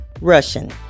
Russian